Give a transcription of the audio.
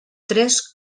tres